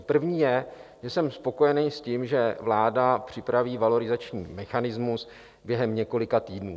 První je, že jsem spokojený s tím, že vláda připraví valorizační mechanismus během několika týdnů.